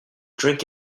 drink